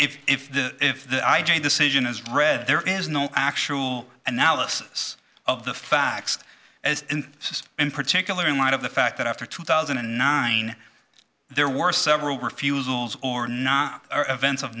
r if the if the i j a decision is read there is no actual analysis of the facts as in particular in light of the fact that after two thousand and nine there were several refusals or not or events of